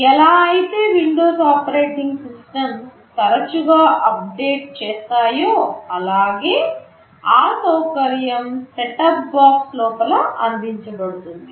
ఎలా అయితే Windows operating systems తరచుగా అప్డేట్ చేస్తాయో అలాగే ఆ సౌకర్యం సెట్ టాప్ బాక్స్ లోపల అందించబడుతుంది